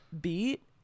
beat